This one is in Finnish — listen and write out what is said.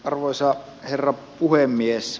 arvoisa herra puhemies